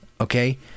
okay